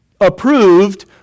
approved